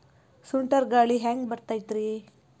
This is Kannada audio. ಸುಂಟರ್ ಗಾಳಿ ಹ್ಯಾಂಗ್ ಬರ್ತೈತ್ರಿ?